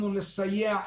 אנחנו נסייע,